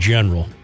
General